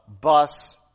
bus